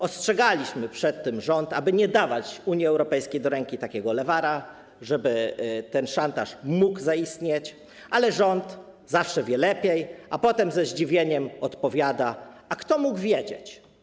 Ostrzegaliśmy przed tym rząd, aby nie dawać Unii Europejskiej do ręki takiego lewara, dzięki któremu ten szantaż mógłby zaistnieć, ale rząd zawsze wie lepiej, a potem ze zdziwieniem odpowiada: a kto mógł wiedzieć.